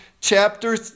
chapter